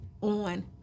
on